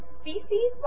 species